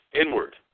inward